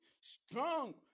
Strong